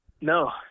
No